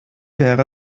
wäre